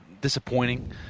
disappointing